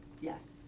Yes